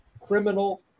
criminal